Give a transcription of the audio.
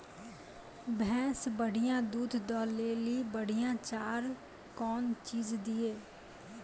भैंस बढ़िया दूध दऽ ले ली बढ़िया चार कौन चीज दिए?